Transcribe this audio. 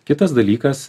kitas dalykas